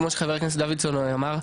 כמו שחבר הכנסת דוידסון אמר,